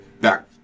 back